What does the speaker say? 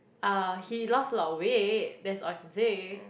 ah he lost a lot of weight that's all I can say